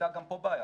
הייתה גם פה בעיה,